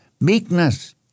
Meekness